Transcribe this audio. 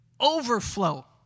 overflow